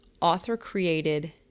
author-created